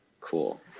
Cool